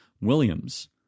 Williams